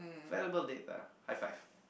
terrible date lah high five